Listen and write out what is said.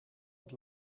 het